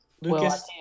lucas